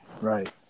Right